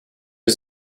was